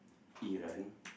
Iran